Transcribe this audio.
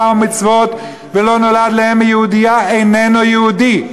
ומצוות ולא נולד לאם יהודייה איננו יהודי.